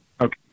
Okay